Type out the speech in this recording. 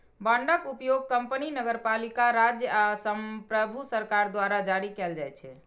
बांडक उपयोग कंपनी, नगरपालिका, राज्य आ संप्रभु सरकार द्वारा जारी कैल जाइ छै